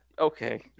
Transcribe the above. okay